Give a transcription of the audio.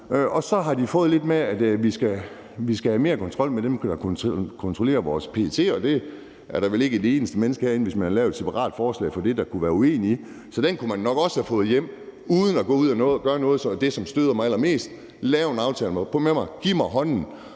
har så også fået lidt med om, at vi skal have mere kontrol med dem, der kontrollerer vores PET. Men det er der vel ikke et eneste menneske herinde, hvis man havde lavet et separat forslag om det, der kunne være uenig i. Så det kunne man nok også fået hjem uden at gå ud og gøre noget af det, som støder mig allermest, nemlig at lave en aftale med mig og give mig hånden